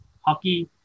hockey